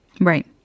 right